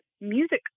music